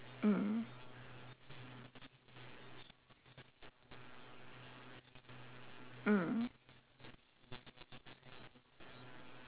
mm mm